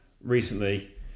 recently